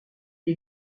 est